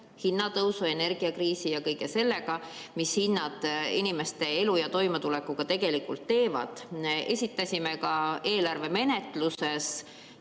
hinnatõusu, energiakriisi ja kõige sellega, mida hinnad inimeste elu ja toimetulekuga tegelikult teevad. Esitasime eelarve menetluse